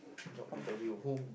job interview who